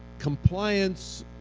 compliance,